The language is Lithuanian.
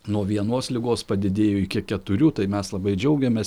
nuo vienos ligos padidėjo iki keturių tai mes labai džiaugiamės